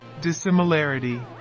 Dissimilarity